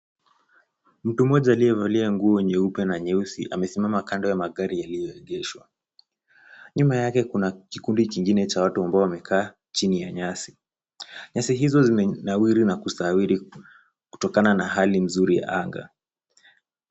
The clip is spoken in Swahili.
Mtu mmoja aliyevalia nguo nyeupe na nyeusi, amesimama kando ya magari yaliyoegeshwa. Nyuma yake kuna kikundi kingine cha watu ambao wamekaa chini ya nyasi. Nyasi hizo zimenawiri na kustawiri kutokana na hali nzuri ya anga.